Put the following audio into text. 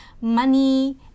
money